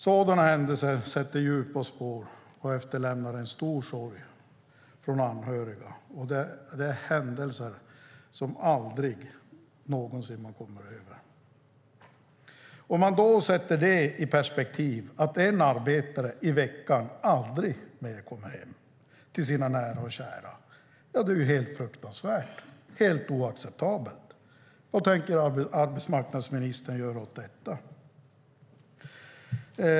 Sådana händelser sätter djupa spår och efterlämnar en stor sorg hos anhöriga. Det är händelser som man aldrig någonsin kommer över. Man kan sätta det i perspektivet att en arbetare i veckan aldrig mer kommer hem till sina nära och kära. Det är helt fruktansvärt, helt oacceptabelt. Vad tänker arbetsmarknadsministern göra åt detta?